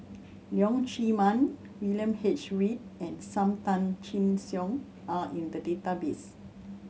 Leong Chee Mun William H Read and Sam Tan Chin Siong are in the database